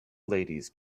ladies